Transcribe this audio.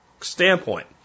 standpoint